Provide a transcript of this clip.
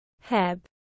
Heb